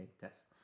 tests